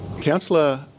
Councillor